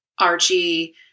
Archie